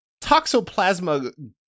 toxoplasma